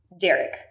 Derek